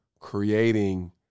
Creating